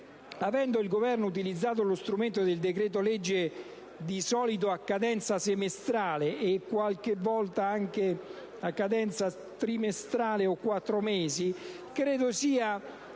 avendo il Governo utilizzato lo strumento del decreto‑legge di solito a cadenza semestrale, e qualche volta anche a cadenza trimestrale o quadrimestrale, credo che